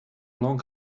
long